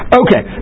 okay